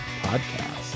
Podcast